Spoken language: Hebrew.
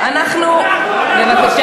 ואת החסמים האלה אנחנו נחלץ,